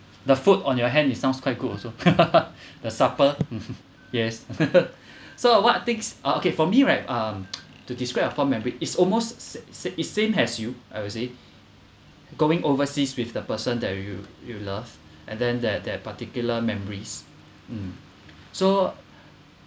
the food on your hand it sounds quite good also the supper yes so what are things uh okay for me right um to describe a fond memory it's almost s~ s~ is same as you I would say going overseas with the person that you you love and then that that particular memories mm so